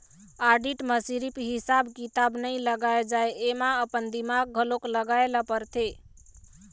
audit म सिरिफ हिसाब किताब नइ लगाए जाए एमा अपन दिमाक घलोक लगाए ल परथे